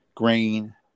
Grain